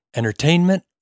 entertainment